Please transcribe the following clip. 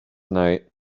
night